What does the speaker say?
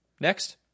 Next